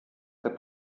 der